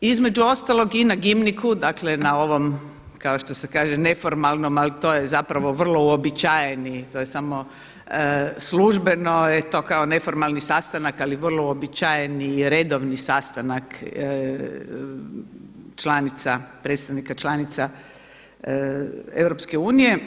Između ostalog i na …, dakle na ovom kao što se kaže neformalnom, ali to je zapravo vrlo uobičajeni, to je samo, službeno je to kao neformalni sastanak ali vrlo uobičajeni i redovni sastanak članica, predstavnika članica EU.